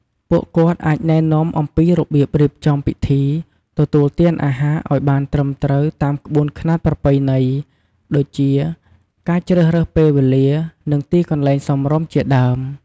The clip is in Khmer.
ពួកគាត់អាចណែនាំអំពីរបៀបរៀបចំពិធីទទួលទានអាហារឲ្យបានត្រឹមត្រូវតាមក្បួនខ្នាតប្រពៃណី ដូចជា ការជ្រើសរើសពេលវេលា និងទីកន្លែងសមរម្យ ជាដើម។